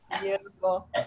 Beautiful